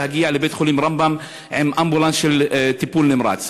להגיע לבית-החולים רמב"ם באמבולנס טיפול נמרץ.